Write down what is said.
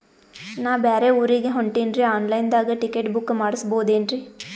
ನಾ ಬ್ಯಾರೆ ಊರಿಗೆ ಹೊಂಟಿನ್ರಿ ಆನ್ ಲೈನ್ ದಾಗ ಟಿಕೆಟ ಬುಕ್ಕ ಮಾಡಸ್ಬೋದೇನ್ರಿ?